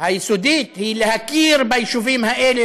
היסודית היא להכיר ביישובים האלה,